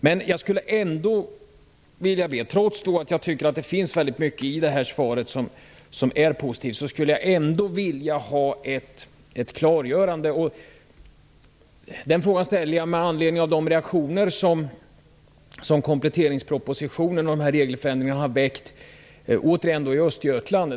Men trots att jag tycker att mycket i svaret är positivt skulle jag ändå vilja ha ett klargörande med anledning av de reaktioner som kompletteringspropositionen och regelförändringarna har väckt återigen i Östergötland.